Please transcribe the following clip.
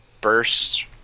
Burst